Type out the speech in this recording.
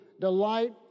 delight